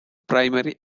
primary